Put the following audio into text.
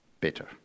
better